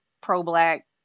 pro-black